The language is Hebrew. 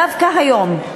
דווקא היום,